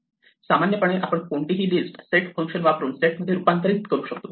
सामान्यपणे आपण कोणतीही लिस्ट सेट फंक्शन वापरुन सेट मध्ये रूपांतरित करू शकतो